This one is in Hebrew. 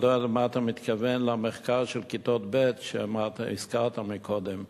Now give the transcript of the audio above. למה אתה מתכוון במחקר על כיתות ב' שהזכרת קודם?